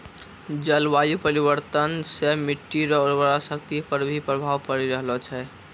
जलवायु परिवर्तन से मट्टी रो उर्वरा शक्ति पर भी प्रभाव पड़ी रहलो छै